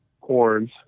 horns